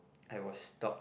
I was stopped